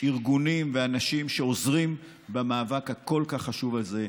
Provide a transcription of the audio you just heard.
ארגונים ואנשים שעוזרים במאבק הכל-כך חשוב הזה,